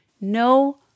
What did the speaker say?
no